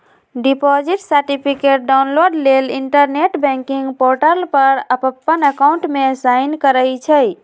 deposit certificate download लेल internet banking portal पर अप्पन अकाउंट में साइन करइ छइ